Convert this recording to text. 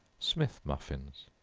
smith muffins.